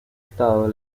estado